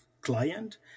client